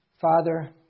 Father